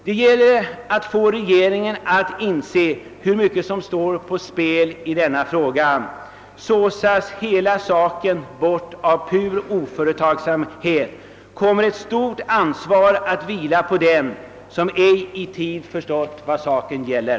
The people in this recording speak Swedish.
Det gäller att få regeringen att inse hur mycket som står på spel i denna fråga. Såsas hela saken bort av pur oföretagsamhet, kommer ett stort ansvar att vila på dem som ej i tid har förstått vad saken gäller.